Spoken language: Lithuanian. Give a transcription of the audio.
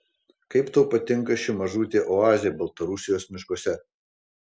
kaip tau patinka ši mažutė oazė baltarusijos miškuose